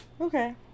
Okay